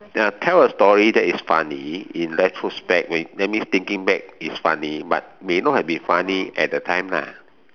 ya tell a story that is funny in retrospect when that means thinking back is funny but may not have been funny at that time ah